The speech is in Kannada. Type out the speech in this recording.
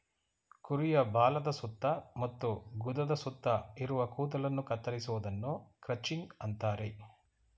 ಕುರಿಯ ಬಾಲದ ಸುತ್ತ ಮತ್ತು ಗುದದ ಸುತ್ತ ಇರುವ ಕೂದಲನ್ನು ಕತ್ತರಿಸುವುದನ್ನು ಕ್ರಚಿಂಗ್ ಅಂತರೆ